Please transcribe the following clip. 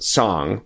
song